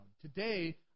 Today